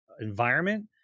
environment